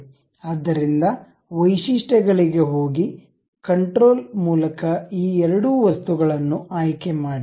ಆದ್ದರಿಂದ ವೈಶಿಷ್ಟ್ಯಗಳಿಗೆ ಹೋಗಿ ಕಂಟ್ರೋಲ್ ಮೂಲಕ ಈ ಎರಡು ವಸ್ತುಗಳನ್ನು ಆಯ್ಕೆಮಾಡಿ